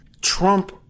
Trump